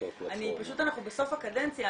פשוט אנחנו בסוף הקדנציה,